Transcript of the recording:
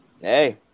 Hey